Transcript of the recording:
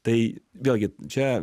tai vėlgi čia